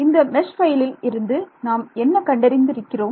இந்த மெஷ் பைலில் இருந்து நாம் என்ன கண்டறிந்து இருக்கிறோம்